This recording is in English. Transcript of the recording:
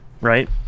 right